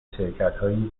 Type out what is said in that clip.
شرکتهایی